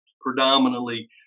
predominantly